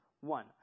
One